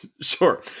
Sure